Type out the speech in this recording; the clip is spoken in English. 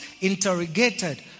interrogated